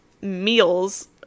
meals